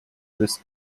with